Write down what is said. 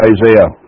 Isaiah